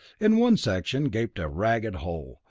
in one section gaped a ragged hole,